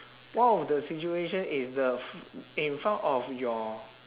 one of the situation is the f~ in front of your